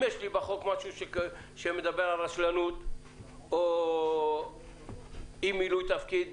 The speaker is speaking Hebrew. אם יש בחוק משהו שמדבר על רשלנות או אי מילוי תפקיד